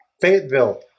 Fayetteville